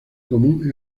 común